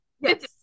Yes